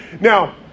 Now